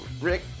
Rick